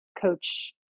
coach